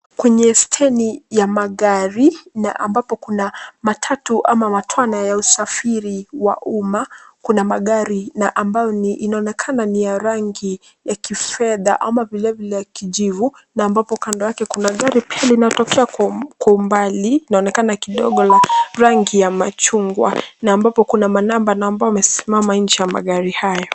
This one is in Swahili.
Kwenye stendi ya magari na ambapo kuna matatu au matwana ya usafiri wa umma kuna magari ambayo inaonekana ni ya rangi ya kifedha ama vilevile kijivu na ambapo kando yake kuna gari pia linalotokea kwa umbali linaonekana kidogo la rangi ya machungwa, na ambapo kuna manamba ambao wamesimama nje ya magari hayo.